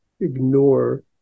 ignore